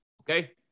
Okay